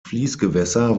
fließgewässer